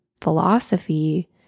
philosophy